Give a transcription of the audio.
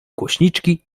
głośniczki